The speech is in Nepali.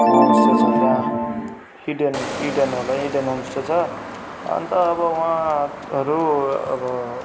होमस्टे छ त्यहाँ इडेन इडेन होला इडेन होमस्टे छ अन्त अब उहाँहरू अब